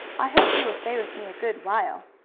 i hope you will stay with me a good while.